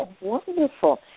Wonderful